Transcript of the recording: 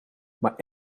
maar